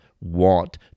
want